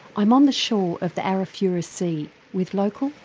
i'm on the shore of the arafura sea with local,